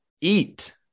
eat